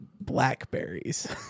Blackberries